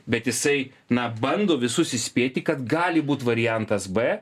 bet jisai na bando visus įspėti kad gali būt variantas b